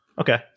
Okay